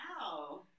Wow